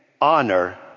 honor